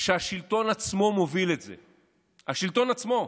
כשהשלטון עצמו מוביל את זה, השלטון עצמו,